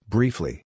Briefly